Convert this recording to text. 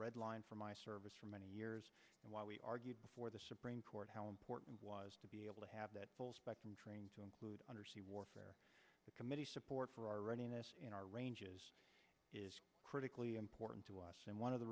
red line for my service for many years while we argued before the supreme court how important was to be able to have that full spectrum training to include undersea warfare committee support for our readiness and our ranges is critically important to us and one of the